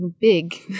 big